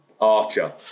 Archer